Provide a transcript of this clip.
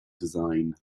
design